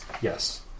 yes